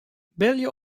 belje